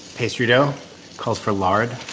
pastry dough calls for lard